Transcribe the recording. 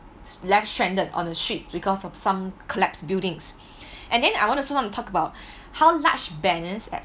left stranded on a street because of some collapsed buildings and then I want to also wanna talk about how large banners